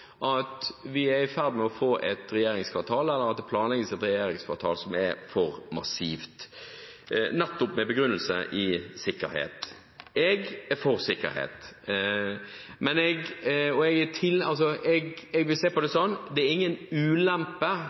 at jeg på samme måte som Ola Elvestuen er bekymret for at vi er i ferd med å planlegge et regjeringskvartal som er for massivt – med begrunnelse i sikkerhet. Jeg er for sikkerhet. Det er ingen ulempe